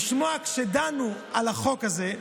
שכשדנו על החוק הזה,